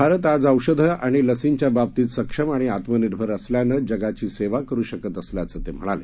भारत आज औषधं लसींच्या बाबतीत सक्षम आणि आत्मनिर्भर असल्यानंच जगाची सेवा करू शकत असल्याचं ते म्हणाले